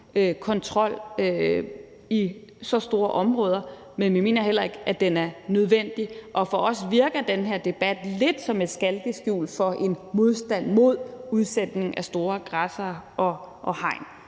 kontrol over så store områder. Men vi mener heller ikke, at den er nødvendig, og for os virker den her debat lidt som et skalkeskjul for en modstand mod udsætning af store græssere og